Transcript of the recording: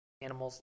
animals